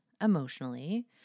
emotionally